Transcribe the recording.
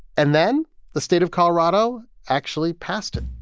and then the state of colorado actually passed it